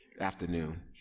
afternoon